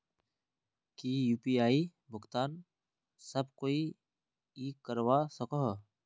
की यु.पी.आई भुगतान सब कोई ई करवा सकछै?